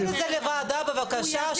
תעביר לוועדה בבקשה,